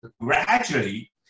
gradually